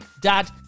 dad